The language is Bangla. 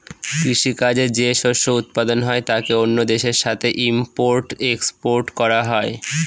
কৃষি কাজে যে শস্য উৎপাদন হয় তাকে অন্য দেশের সাথে ইম্পোর্ট এক্সপোর্ট করা হয়